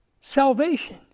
salvation